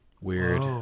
weird